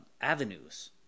avenues